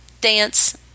dance